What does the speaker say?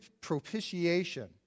propitiation